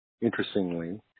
interestingly